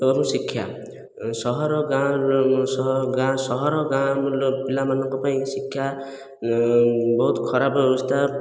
ଏବଂ ଶିକ୍ଷା ସହର ଗାଁ ଗାଁ ସହର ଗାଁର ପିଲାମାନଙ୍କ ପାଇଁ ଶିକ୍ଷା ବହୁତ ଖରାପ ବ୍ୟବସ୍ଥା